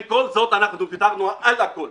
עם כל זאת, אנחנו ויתרנו על הכול.